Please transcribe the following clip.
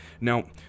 Now